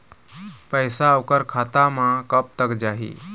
पैसा ओकर खाता म कब तक जाही?